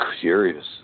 Curious